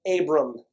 Abram